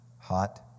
hot